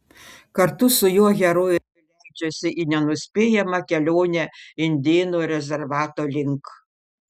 kartu su juo herojė leidžiasi į nenuspėjamą kelionę indėnų rezervato link